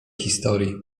historii